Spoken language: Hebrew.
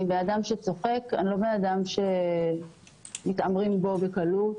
אני בן אדם שצוחק, אני לא אדם שמתעמרים בו בקלות.